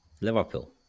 Liverpool